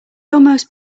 almost